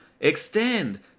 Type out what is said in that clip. extend